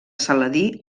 saladí